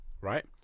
right